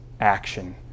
action